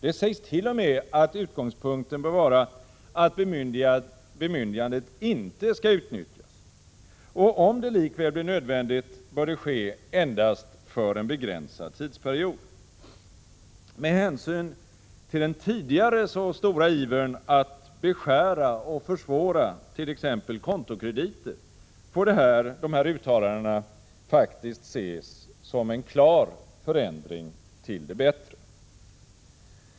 Det sägs t.o.m. att utgångspunkten bör vara att bemyndigandet inte skall utnyttjas, och om det likväl blir nödvändigt bör det ske endast för en begränsad tidsperiod. Med hänsyn till den tidigare så stora ivern att beskära och försvåra t.ex. kontokrediter får de här uttalandena faktiskt ses som en klar förändring till det bättre.